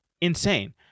Insane